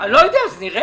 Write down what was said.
אני לא יודע, נראה.